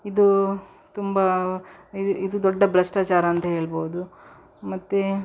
ಇದು ತುಂಬ ಇದು ಇದು ದೊಡ್ಡ ಭ್ರಷ್ಟಾಚಾರ ಅಂತ ಹೇಳ್ಬೋದು ಮತ್ತು